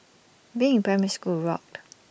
being in primary school rocked